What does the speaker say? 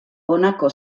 honako